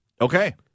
Okay